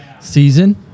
season